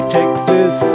Texas